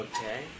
Okay